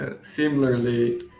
similarly